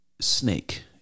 snake